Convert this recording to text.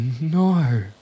no